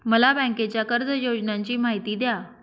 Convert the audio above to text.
मला बँकेच्या कर्ज योजनांची माहिती द्या